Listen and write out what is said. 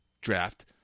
draft